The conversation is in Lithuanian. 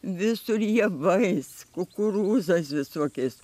visur javais kukurūzais visokiais